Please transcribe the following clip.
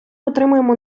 отримуємо